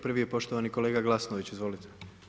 Prvi je poštovani kolega Glasnović, izvolite.